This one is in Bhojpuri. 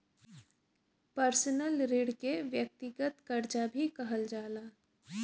पर्सनल ऋण के व्यक्तिगत करजा भी कहल जाला